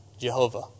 Jehovah